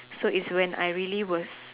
so is when I really was